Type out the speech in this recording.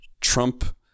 Trump